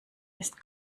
ist